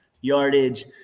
yardage